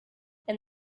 and